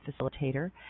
facilitator